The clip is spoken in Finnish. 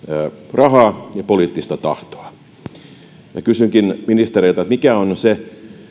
rahaa ja poliittista tahtoa minä kysynkin ministereiltä mikä on se